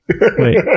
Wait